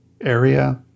area